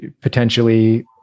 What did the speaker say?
potentially